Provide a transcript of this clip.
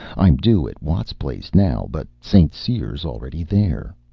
i'm due at watt's place now, but st. cyr's already there